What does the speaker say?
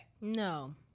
No